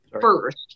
first